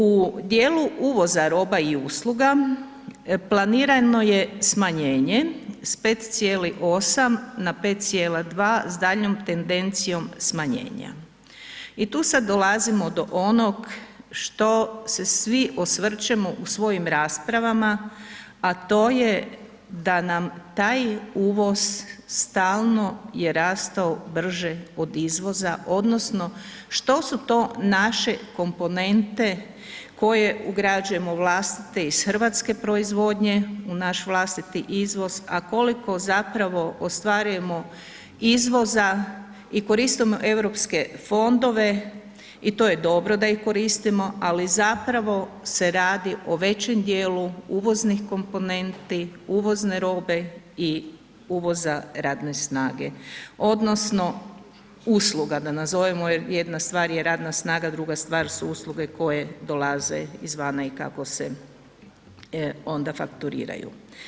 U dijelu uvoza roba i usluga planiramo je smanjenje s 5,8 na 5,2 s daljnjom tendencijom smanjenja i tu sad dolazimo do onog što se svi osvrćemo u svojim raspravama, a to je da nam taj uvoz stalno je rastao brže od izvoza odnosno što su to naše komponente koje ugrađujemo u vlastite iz hrvatske proizvodnje u naš vlastiti izvoz, a koliko zapravo ostvarujemo izvoza i koristimo Europske fondove i to je dobro da ih koristimo, ali zapravo se radi o većem dijelu uvoznih komponenti, uvozne robe i uvoza radne snage odnosno usluga da nazovemo jer jedna stvar je radna snaga, a druga stvar su usluge koje dolaze izvana i kako se onda fakturiraju.